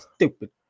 Stupid